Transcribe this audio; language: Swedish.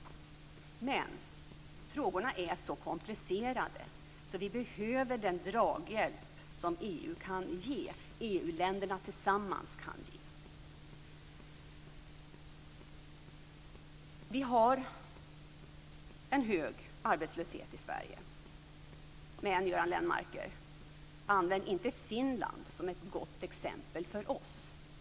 Men frågorna är så komplicerade att vi behöver den draghjälp som EU länderna tillsammans kan ge. Vi har en hög arbetslöshet i Sverige. Men, Göran Lenmarker, använd inte Finland som ett gott exempel för oss.